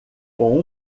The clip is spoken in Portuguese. com